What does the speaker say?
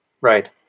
Right